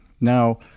Now